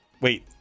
Wait